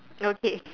no date